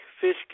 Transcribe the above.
Fish